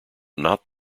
not